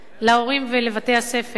להורים ולבתי-הספר,